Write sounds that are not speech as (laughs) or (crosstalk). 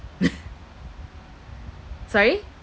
(laughs) sorry